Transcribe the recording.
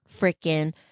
freaking